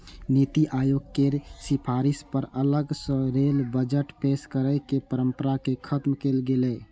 नीति आयोग केर सिफारिश पर अलग सं रेल बजट पेश करै के परंपरा कें खत्म कैल गेलै